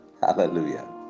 Hallelujah